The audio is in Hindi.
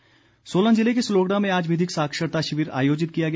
विधिक सेवा सोलन जिले के सलोगड़ा में आज विधिक साक्षरता शिविर आयोजित किया गया